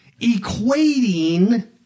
equating